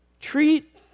Treat